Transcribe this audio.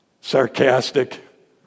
sarcastic